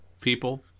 people